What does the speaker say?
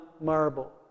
marble